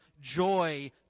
joy